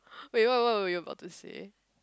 wait what what were you about to say